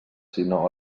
sinó